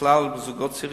בכלל לגבי זוגות צעירים,